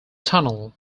tunnel